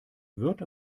wird